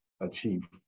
achieve